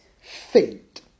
Fate